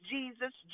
Jesus